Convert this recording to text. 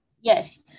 Yes